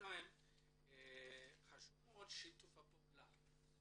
שיתוף הפעולה חשוב מאוד.